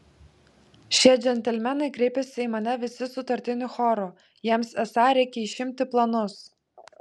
šie džentelmenai kreipėsi į mane visi sutartiniu choru jiems esą reikia išimti planus